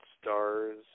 stars